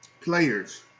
players